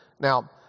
Now